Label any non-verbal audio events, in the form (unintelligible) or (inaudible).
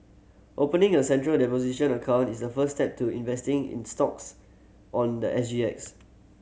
opening a Central (unintelligible) account is the first step to investing in stocks on the S G X